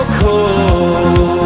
cold